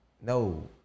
no